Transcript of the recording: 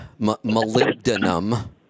molybdenum